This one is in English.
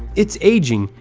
it's aging,